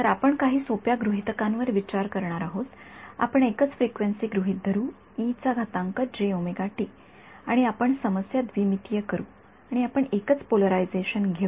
तर आपण काही सोप्या गृहीतकांवर विचार करणार आहोत आपण एकच फ्रिक्वेन्सी गृहित धरू आणि आपण समस्या द्विमितीय करू आणि आपण एकच पोलरायझेशन घेऊ